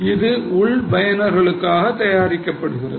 இது உள் பயனர்களுக்காக தயாரிக்கப்படுகிறது